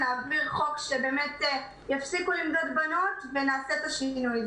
שיעבור חוק שיפסיקו למדוד בנות ונעשה את השינוי.